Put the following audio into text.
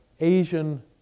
Asian